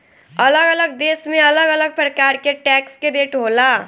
अलग अलग देश में अलग अलग प्रकार के टैक्स के रेट होला